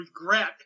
regret